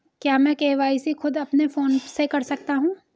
क्या मैं के.वाई.सी खुद अपने फोन से कर सकता हूँ?